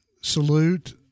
salute